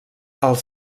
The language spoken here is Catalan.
als